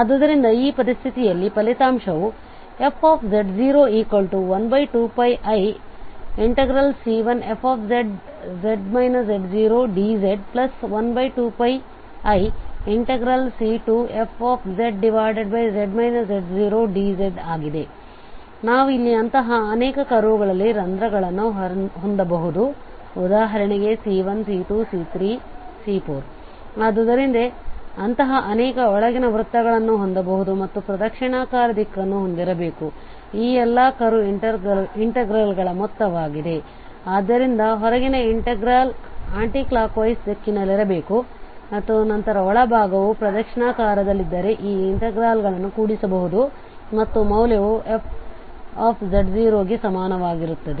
ಆದ್ದರಿಂದ ಆ ಪರಿಸ್ಥಿತಿಯಲ್ಲಿ ಫಲಿತಾಂಶಗಳು fz012πiC1fz z0dz12πiC2fz z0dz ಆಗಿದೆ ನಾವು ಅಲ್ಲಿ ಇಂತಹ ಅನೇಕ ಕರ್ವ್ ಗಳಲ್ಲಿ ರಂಧ್ರಗಳನ್ನು ಹೊಂದಬಹುದು ಉದಾಹರಣೆಗೆ C1 C2 C3 C4 ಆದ್ದರಿಂದ ಅಂತಹ ಅನೇಕ ಒಳಗಿನ ವೃತ್ತಗಳನ್ನು ಹೊಂದಬಹುದು ಮತ್ತು ಪ್ರದಕ್ಷಿಣಾಕಾರ ದಿಕ್ಕನ್ನು ಹೊಂದಿರಬೇಕು ಈ ಎಲ್ಲಾ ಕರ್ವ್ ಇಂಟಿಗ್ರಾಲ್ಗಳ ಮೊತ್ತವಾಗಿದೆ ಆದ್ದರಿಂದ ಹೊರಗಿನ ಇಂಟಿಗ್ರಾಲ್ ಆಂಟಿಕ್ಲಾಕ್ವೈಸ್ ದಿಕ್ಕಿನಲ್ಲಿರಬೇಕು ಮತ್ತು ನಂತರ ಒಳಭಾಗವು ಪ್ರದಕ್ಷಿಣಾಕಾರದಲ್ಲಿದ್ದರೆ ಈ ಇಂಟಿಗ್ರಾಲ್ಗಳನ್ನು ಕೂಡಿಸಬಹುದು ಮತ್ತು ಮೌಲ್ಯವು f ಗೆ ಸಮಾನವಾಗಿರುತ್ತದೆ